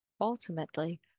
Ultimately